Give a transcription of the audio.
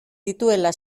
dituela